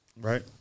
Right